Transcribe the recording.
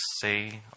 say